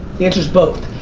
the answers both.